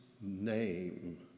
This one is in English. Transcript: name